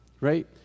right